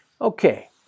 Okay